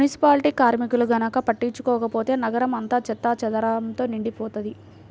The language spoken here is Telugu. మునిసిపాలిటీ కార్మికులు గనక పట్టించుకోకపోతే నగరం అంతా చెత్తాచెదారంతో నిండిపోతది